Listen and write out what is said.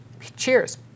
cheers